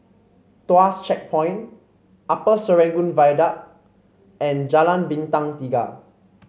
Tuas Checkpoint Upper Serangoon Viaduct and Jalan Bintang Tiga